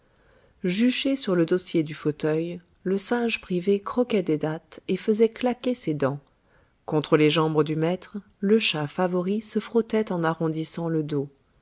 juché sur le dossier du fauteuil le singe privé croquait des dattes et faisait claquer ses dents contre les jambes du maître le chat favori se frottait en arrondissant le dos